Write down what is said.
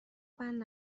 بند